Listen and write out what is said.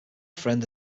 friend